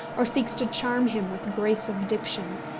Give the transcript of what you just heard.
or seeks to charm him with grace of diction?